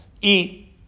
eat